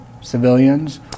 civilians